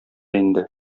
инде